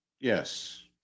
Yes